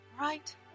Right